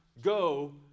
go